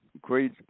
great